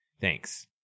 Thanks